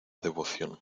devoción